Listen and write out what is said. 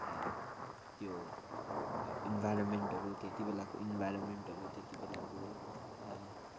त्यो इन्भाइरोमेन्टहरू त्यति बेलाको इन्भाइरोमेन्टहरू त्यति बेलाको